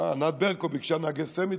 ענת ברקו ביקשה נהגי סמיטריילר.